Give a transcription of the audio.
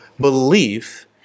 belief